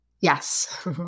yes